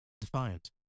Defiant